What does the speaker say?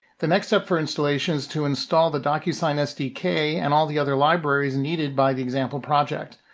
the next step for installation is to install the docusign sdk and all the other libraries needed by the example project.